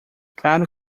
claro